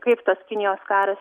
kaip tas kinijos karas